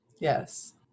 Yes